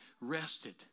rested